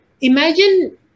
imagine